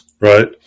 right